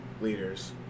leaders